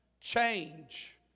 change